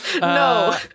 No